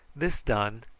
this done,